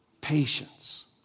Patience